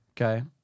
Okay